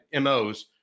MOs